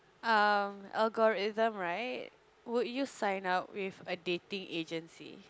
um algorithm right would you sign up with a dating agency